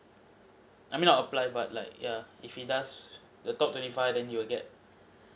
I mean I'll applied but like yeah if he does the top twenty five then he will get